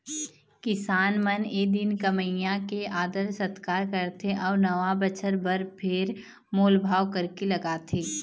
किसान मन ए दिन कमइया के आदर सत्कार करथे अउ नवा बछर बर फेर मोल भाव करके लगाथे